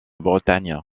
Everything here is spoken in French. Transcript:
bretagne